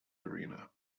arena